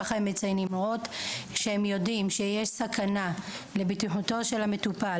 למרות שהם יודעים שיש סכנה לבטיחותו של המטופל,